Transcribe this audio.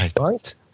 Right